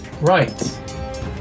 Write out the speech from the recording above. Right